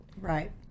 Right